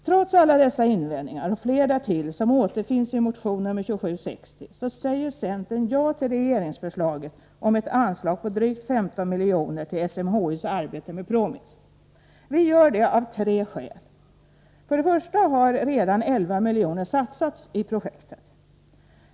Trots alla dessa invändningar och fler därtill som återfinns i motion nr 2760 säger centern ja till regeringsförslaget om ett anslag på drygt 15 milj.kr. till SMHI:s arbete med PROMIS. Vi gör det av tre skäl. För det första har redan 11 milj.kr. satsats i projektet.